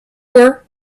were